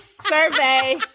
survey